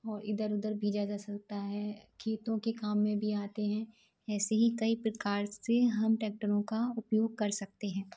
और इधर उधर भेजा जा सकता है खेतों के काम में भी आते हैं ऐसे ही कई प्रकार से हम टैक्टरों का उपयोग कर सकते हैं